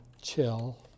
chill